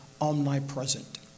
omnipresent